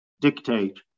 dictate